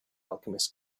alchemist